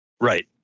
right